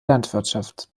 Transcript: landwirtschaft